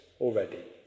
already